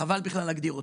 חבל בכלל להגדיר אותו.